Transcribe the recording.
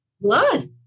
Blood